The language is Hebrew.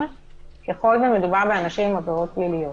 ככל שמדובר באנשים עם עבירות פליליות.